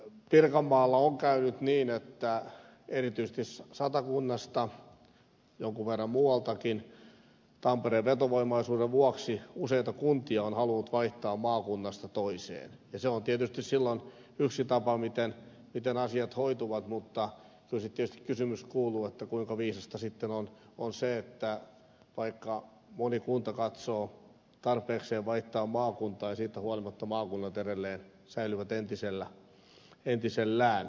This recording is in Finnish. pirkanmaalla on käynyt niin että erityisesti satakunnasta jonkun verran muualtakin tampereen vetovoimaisuuden vuoksi useita kuntia on halunnut vaihtaa maakunnasta toiseen ja se on tietysti silloin yksi tapa miten asiat hoituvat mutta kyllä sitten tietysti kysymys kuuluu kuinka viisasta sitten on se että vaikka moni kunta katsoo tarpeekseen vaihtaa maakuntaa siitä huolimatta maakunnat edelleen säilyvät entisellään